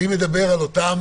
אני מדבר על אותה